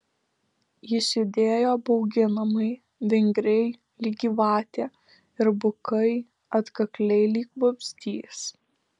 jis judėjo bauginamai vingriai lyg gyvatė ir bukai atkakliai lyg vabzdys